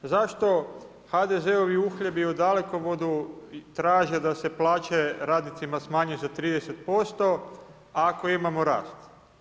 Zašto HDZ-ovi uhljebi u Dalekovodu traže da se plaće radnicima smanje za 30% ako imamo rast?